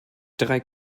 drei